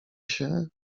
się